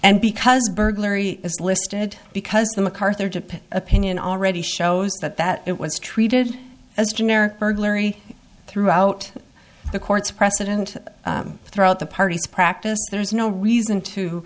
and because burglary is listed because the macarthur dip opinion already shows that that it was treated as generic burglary throughout the court's precedent throughout the parties practice there is no reason to